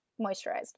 moisturized